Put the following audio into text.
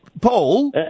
Paul